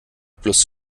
plus